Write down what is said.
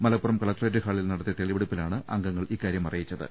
Malappuram collectorate ഹാളിൽ നടത്തിയ തെളിവെടുപ്പി ലാണ് അംഗങ്ങൾ ഇക്കാര്യം അറിയിച്ചത്